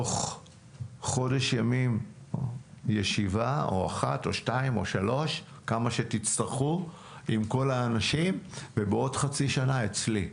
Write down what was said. תוך חודש ימים ישיבה של הצוות שתקימו ובעוד חצי שנה אצלי.